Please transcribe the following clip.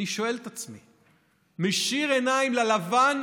אני שואל את עצמי, מישיר עיניים ללבן